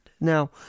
Now